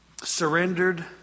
surrendered